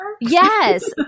Yes